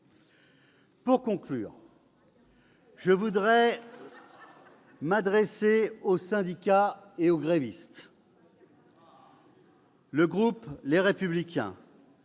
Pour conclure, je veux m'adresser aux syndicats et aux grévistes. Le groupe Les Républicains